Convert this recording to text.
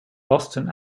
boston